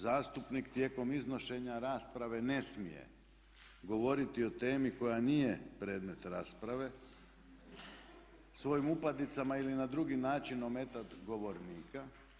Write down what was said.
Zastupnik tijekom iznošenja rasprave ne smije govoriti o temi koja nije predmet rasprave, svojim upadicama ili na drugi način ometati govornika.